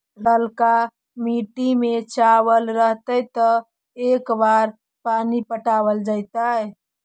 ललका मिट्टी में चावल रहतै त के बार पानी पटावल जेतै?